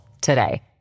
today